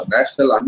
National